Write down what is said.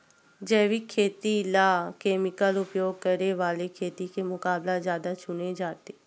जैविक खेती ला केमिकल उपयोग करे वाले खेती के मुकाबला ज्यादा चुने जाते